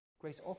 Grace